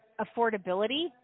affordability